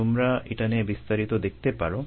তোমরা এটা নিয়ে বিস্তারিত দেখতে পারো